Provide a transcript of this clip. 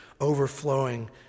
overflowing